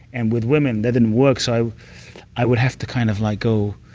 and with women, that didn't work, so i would have to kind of like go